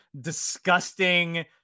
disgusting